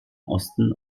osten